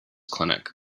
clinic